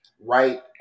right